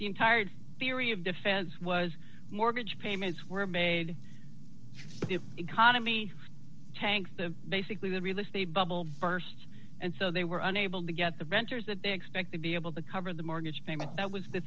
entire theory of defense was mortgage payments were made the economy tanks the basically the real estate bubble burst and so they were unable to get the renters that they expect to be able to cover the mortgage payment that was the